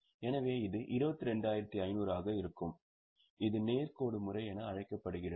எனவே இது 22500 ஆக இருக்கும் இது நேர் கோடு முறை என அழைக்கப்படுகிறது